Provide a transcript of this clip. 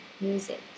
music